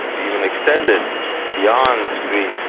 ah even extended beyond greece,